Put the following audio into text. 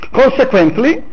consequently